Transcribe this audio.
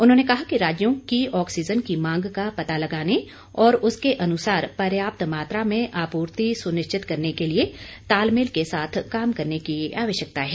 उन्होंने कहा कि राज्यों की ऑक्सीजन की मांग का पता लगाने और उसके अनुसार पर्याप्त मात्रा में आपूर्ति सुनिश्चित करने के लिए तालमेल के साथ काम करने की आवश्यकता है